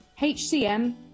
HCM